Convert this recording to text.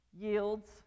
Yields